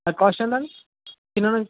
అది కాస్ట్ ఎంత అండి చిన్నది